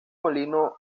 molino